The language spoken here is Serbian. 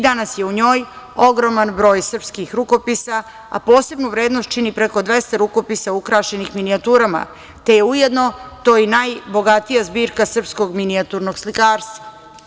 Danas je u njoj ogroman broj srpskih rukopisa, a posebnu vrednost čini preko 200 rukopisa ukrašenih minijaturama, te je ujedno to i najbogatija zbirka srpskog minijaturnog slikarstva.